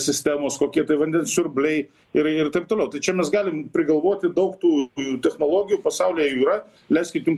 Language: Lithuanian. sistemos kokie tai vandens siurbliai ir ir taip toliau tai čia mes galim prigalvoti daug tų technologijų pasaulyje jų yra leiskit jum